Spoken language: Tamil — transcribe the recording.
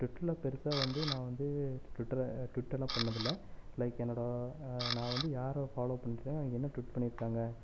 ட்விட்டரில் பெரிசா வந்து நான் வந்து ட்விட்டரை ட்விட்லாம் பண்ணிணது இல்லை லைக் என்னோடய நான் வந்து யாரை ஃபாலோ பண்றேன் என்ன ட்விட் பண்ணியிருக்காங்க